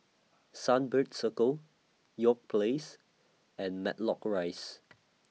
Sunbird Circle York Place and Matlock Rise